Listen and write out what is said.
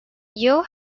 yeo